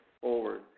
forward